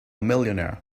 millionaire